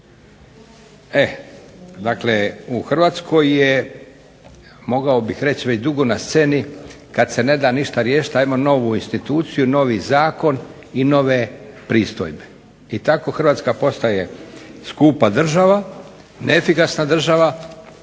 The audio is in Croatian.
Eh, dakle u Hrvatskoj je mogao bih reći, već dugo na sceni kada se ne da ništa riješiti ajmo novu instituciju, novi Zakon i nove pristojbe i tako Hrvatska postaje skupa država, neefikasna država